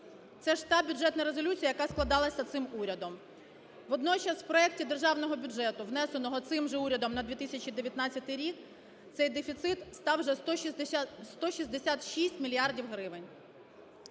Це ж та Бюджетна резолюція, яка складалася цим урядом. Водночас в проекті Державного бюджету, внесеного цим же урядом на 2019 рік, цей дефіцит став вже 166 мільярдів